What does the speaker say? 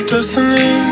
Destiny